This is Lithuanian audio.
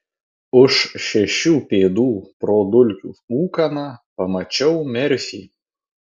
už šešių pėdų pro dulkių ūkaną pamačiau merfį